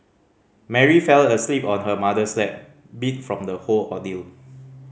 Mary fell asleep on her mother's lap beat from the whole ordeal